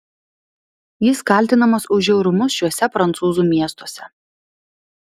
jis kaltinamas už žiaurumus šiuose prancūzų miestuose